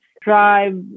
drive